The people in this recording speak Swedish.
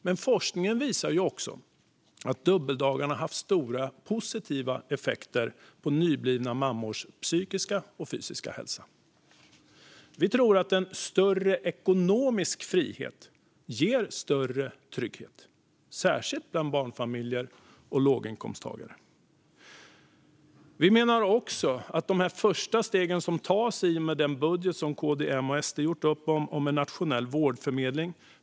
Men forskningen visar också att dubbeldagarna haft stora positiva effekter på nyblivna mammors psykiska och fysiska hälsa. Vi tror att större ekonomisk frihet ger större trygghet, särskilt bland barnfamiljer och låginkomsttagare. Vi har i och med den budget som KD, M och SD gjort upp om tagit de första stegen till en nationell vårdförmedling.